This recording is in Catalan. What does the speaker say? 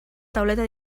tauleta